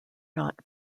not